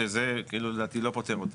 שזה לדעתי לא פותר אותה.